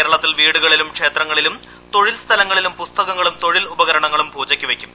കേരളത്തിൽ വീടുകളിലും ക്ഷേത്രങ്ങളിലും തൊഴിൽ സ്ഥലങ്ങളിലും പുസ്തകങ്ങളും തൊഴിൽ ഉപകരണങ്ങളും പൂജയ്ക്ക്വയ്ക്കും